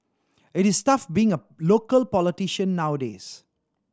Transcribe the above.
it is tough being a local politician nowadays